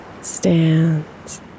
stands